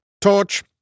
Torch